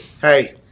hey